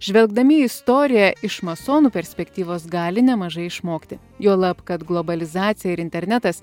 žvelgdami į istoriją iš masonų perspektyvos gali nemažai išmokti juolab kad globalizacija ir internetas